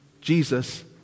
Jesus